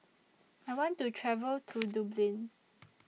I want to travel to Dublin